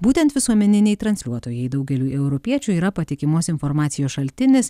būtent visuomeniniai transliuotojai daugeliui europiečių yra patikimos informacijos šaltinis